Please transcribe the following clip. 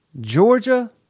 Georgia